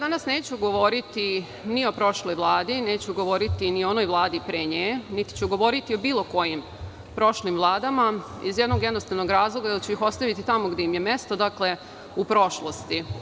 Danas neću govoriti ni o kakvoj prošloj Vladi, neću govoriti ni o onoj Vladi pre nje, niti ću govoriti o bilo kojim prošlim vladama iz jednog jednostavnog razloga, jer ću ih ostaviti tamo gde im je mesto, dakle, u prošlosti.